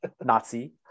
nazi